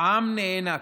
העם נאנק.